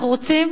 אנחנו רוצים